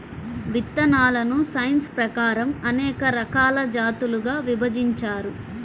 విత్తనాలను సైన్స్ ప్రకారం అనేక రకాల జాతులుగా విభజించారు